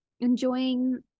enjoying